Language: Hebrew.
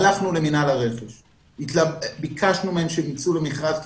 ביקשנו ממנהל הרכש שייצאו למכרז,